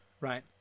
right